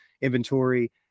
inventory